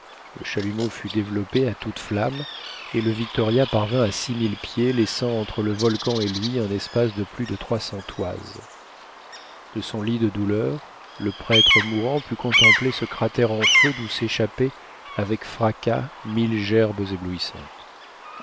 le chalumeau fut développé à toute flamme et le victoria parvint à six mille pieds laissant entre le volcan et lui un espace de plus de trois cents toises de son lit de douleur le prêtre mourant put contempler ce cratère en feu d'où s'échappaient avec fracas mille gerbes éblouissantes